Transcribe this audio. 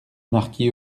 marquis